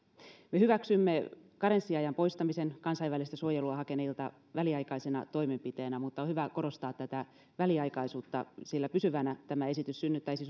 me hyväksymme karenssiajan poistamisen kansainvälistä suojelua hakeneilta väliaikaisena toimenpiteenä mutta on hyvä korostaa tätä väliaikaisuutta sillä pysyvänä tämä esitys synnyttäisi